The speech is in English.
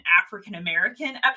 african-american